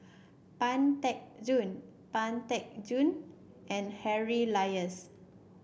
Pang Teck Joon Pang Teck Joon and Harry Elias